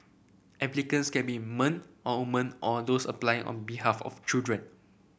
applicants can be man or woman or those applying on behalf of children